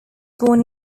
born